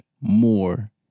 more